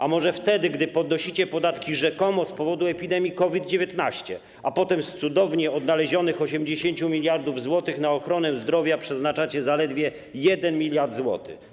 A może wtedy, gdy podnosicie podatki rzekomo z powodu epidemii COVID-19, a potem z cudownie odnalezionych 80 mld zł na ochronę zdrowia przeznaczacie zaledwie 1 mld zł?